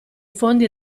fondi